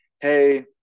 Hey